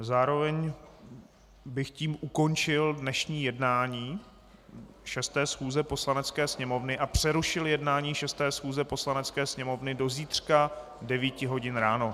Zároveň bych tím ukončil dnešní jednání 6. schůze Poslanecké sněmovny a přerušil jednání 6. schůze Poslanecké sněmovny do zítřka 9 hodin ráno.